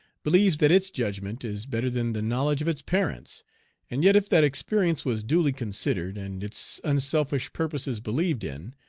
believes that its judgment is better than the knowledge of its parents and yet if that experience was duly considered, and its unselfish purposes believed in,